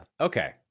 Okay